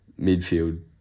midfield